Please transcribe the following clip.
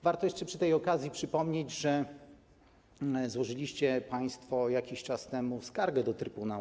Warto jeszcze przy tej okazji przypomnieć, że złożyliście państwo jakiś czas temu skargę do Trybunału.